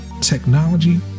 technology